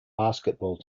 basketball